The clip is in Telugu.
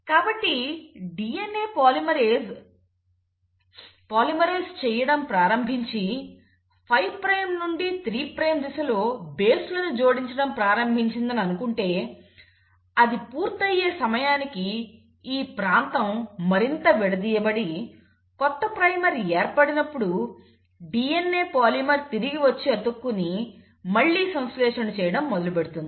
కాబట్టి DNA పాలిమరేస్ పాలిమరైజ్ చేయడం ప్రారంభించి 5 ప్రైమ్ నుండి 3 ప్రైమ్ దిశలో బేస్లను జోడించడం ప్రారంభించిందని అనుకుంటే అది పూర్తయ్యే సమయానికి ఈ ప్రాంతం మరింత విడదీయబడి కొత్త ప్రైమర్ ఏర్పడినప్పుడు DNA పాలిమర్ తిరిగి వచ్చి అతుక్కుని మళ్లీ సంశ్లేషణ చేయడం మొదలుపెడుతుంది